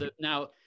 now